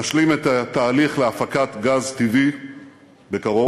נשלים את התהליך להפקת גז טבעי בקרוב.